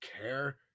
care